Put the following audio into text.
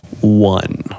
one